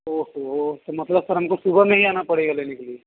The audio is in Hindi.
ओह ओह तो मतलब सर हमको सुबह में ही आना पड़ेगा लेने के लिए